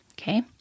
okay